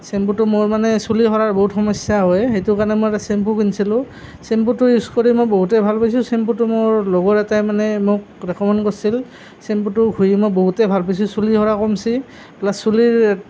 চেম্পুটো মোৰ মানে চুলি সৰাৰ বহুত সমস্যা হয় সেইটো কাৰণে মই এটা চেম্পু কিনিছিলোঁ চেম্পুটো ইউজ কৰি মই বহুতেই ভাল পাইছোঁ চেম্পুটো মোৰ লগৰ এটাই মানে মোক ৰিকমেণ্ড কৰিছিল চেম্পুটো ঘঁহি মই বহুতেই ভাল পাইছোঁ চুলি সৰা কমিছে প্লাছ চুলিৰ